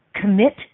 commit